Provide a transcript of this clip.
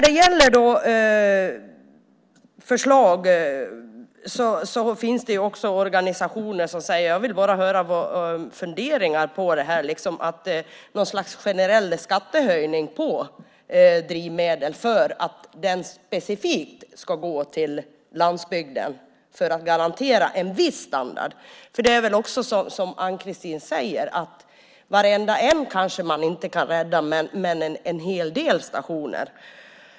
Det finns organisationer som säger att man vill höra sig för när det gäller en generell skattehöjning på drivmedel för att den specifikt ska gå till landsbygden för att garantera en viss standard. Som Ann-Kristine säger kanske man inte kan rädda varenda station, men en hel del.